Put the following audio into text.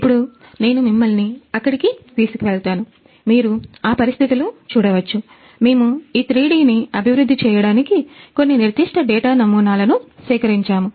ఇప్పుడు నేను మిమ్మల్ని అక్కడికి తీసుకు వెళతాను మీరు ఆ పరిస్థితులు చూడవచ్చు మేము ఈ 3D ని అభివృద్ధి చేయడానికి కొన్ని నిర్దిష్ట డేటా నమూనాలు ను సేకరించాము